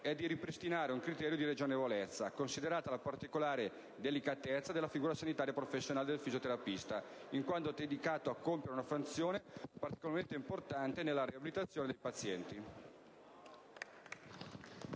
è di ripristinare un criterio di ragionevolezza, considerata la particolare delicatezza della figura sanitaria professionale del fisioterapista, in quanto dedicata a compiere una funzione particolarmente importante nella riabilitazione dei pazienti.